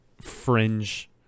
fringe